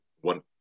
one